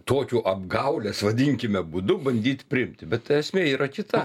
tokiu apgaulės vadinkime būdu bandyti priimti bet esmė yra kita